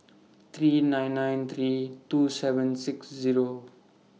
three nine nine three two seven six Zero